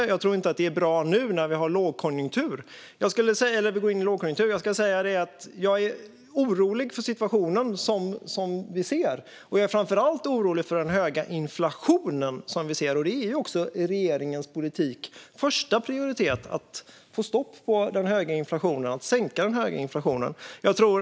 Och jag tror inte att det är bra nu när vi går in i lågkonjunktur. Jag är orolig för den situation som vi ser, och jag är framför allt orolig för den höga inflationen. Det är också regeringens första prioritet att få stopp på den höga inflationen, att sänka inflationen.